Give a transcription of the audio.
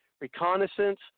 reconnaissance